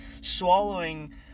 swallowing